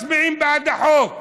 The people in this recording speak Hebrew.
מצביעים בעד החוק,